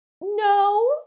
no